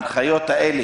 האלה?